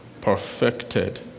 perfected